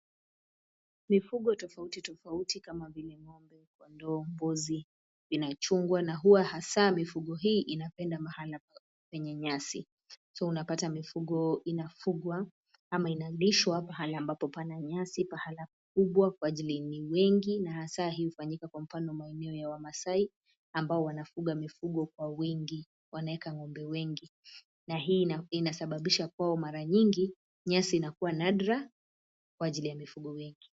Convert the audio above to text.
Mifugo tofauti tofauti kama vile: ng'ombe. kondoo, mbuzi, inachungwa na huwa hasaa mifugo hii inapenda mahala pa penye nyasi. So unapata mifugo inafugwa ama inalishwa pahali ambapo pana nyasi, pahala kubwa kwa ajili ni wengi na hasaa hii hufanyika kwa mfano maeneo ya Wamaasai, ambao wanafuga mifugo kwa wingi. Wanaeka ng'ombe wengi na hii inasababisha kwao mara nyingi, nyasi inakuwa nadra kwa ajili ya mifugo wengi.